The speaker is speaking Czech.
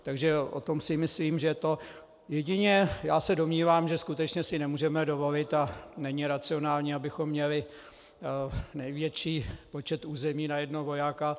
O tom si myslím, že to jedině se domnívám, že si skutečně nemůžeme dovolit a není racionální, abychom měli největší počet území na jednoho vojáka.